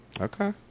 Okay